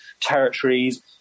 territories